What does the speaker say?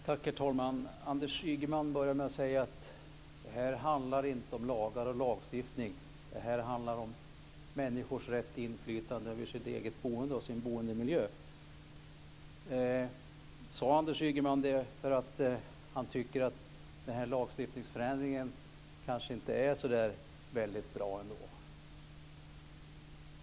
Herr talman! Anders Ygeman började med att säga att detta inte handlar om lagar och lagstiftning utan om människors rätt till inflytande över sitt eget boende och sin egen boendemiljö. Sade Anders Ygeman det därför att han tycker att den här lagstiftningsförändringen trots allt inte är så bra?